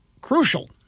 crucial